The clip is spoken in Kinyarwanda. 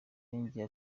yongeye